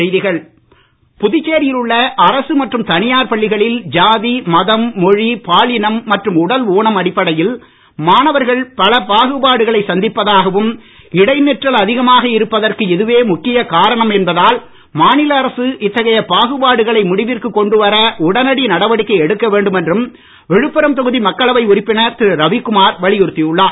ரவிக்குமார் புதுச்சேரியில் உள்ள அரசு மற்றும் தனியார் பள்ளிகளில் ஜாதி மதம் மொழி பாலினம் மற்றும் உடல் ஊனம் அடிப்படையில் மாணவர்கள் பல பாகுபாடுகளை சந்திப்பதாகவும் இடை நிற்றல் அதிகமாக இருப்பதற்கு இதுவே முக்கிய காரணம் என்பதால் மாநில அரசு இத்தகைய பாகுபாடுகளை முடிவிற்கு கொண்டு வர உடனடி நடவடிக்கை எடுக்க வேண்டும் என்றும் விழுப்புரம் தொகுதி மக்களவை உறுப்பினர் திரு ரவிக்குமார் வலியுறுத்தி உள்ளார்